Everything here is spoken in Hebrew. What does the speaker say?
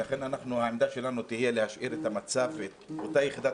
ולכן עמדתנו תהיה להשאיר את אותה יחידת